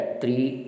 three